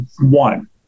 one